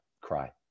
Cry